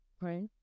Right